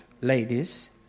ladies